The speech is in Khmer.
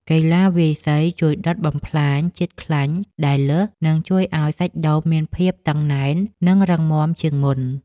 កីឡាវាយសីជួយដុតបំផ្លាញជាតិខ្លាញ់ដែលលើស និងជួយឱ្យសាច់ដុំមានភាពតឹងណែន និងរឹងមាំជាងមុន។